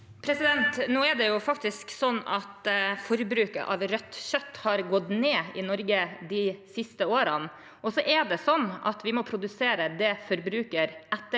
Nå er det faktisk slik at forbruket av rødt kjøtt har gått ned i Norge de siste årene. Og så er det slik at vi må produsere det forbrukerne